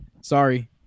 sorry